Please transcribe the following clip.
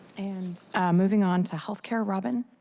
and moving on to healthcare, robin?